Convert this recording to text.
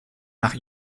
nach